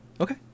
Okay